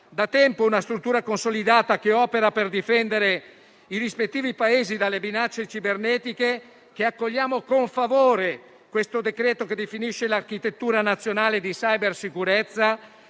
da tempo una struttura consolidata che opera per difendere i rispettivi Paesi dalle minacce cibernetiche, accogliamo con favore questo decreto-legge, che definisce l'architettura nazionale di cybersicurezza